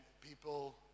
people